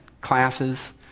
classes